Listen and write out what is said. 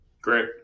Great